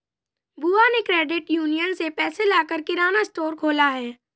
बुआ ने credit union से पैसे लेकर किराना स्टोर खोला है